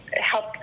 help